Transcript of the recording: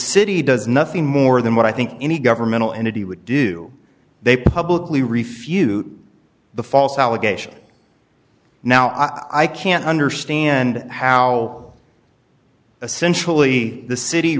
city does nothing more than what i think any governmental entity would do they publicly refute the false allegation now i can't understand how essential e the city